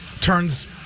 turns